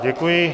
Děkuji.